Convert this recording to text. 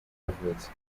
yavutse